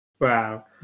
Wow